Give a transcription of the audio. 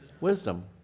wisdom